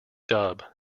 dub